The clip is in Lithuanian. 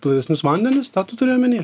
platesnius vandenis tą tu turi omeny